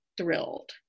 thrilled